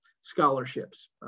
scholarships